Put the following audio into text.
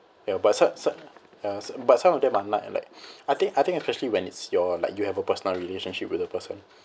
ya but so~ so~ ya but some of them are not like I think I think especially when it's your like you have a personal relationship with the person